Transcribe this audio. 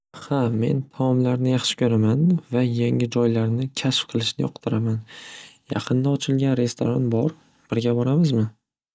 Xa men taomlarni yaxshi ko'raman va yangi joylarni kashf qilishni yoqtiraman yaqinda ochilgan restoran bor birga boramizmi?